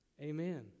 Amen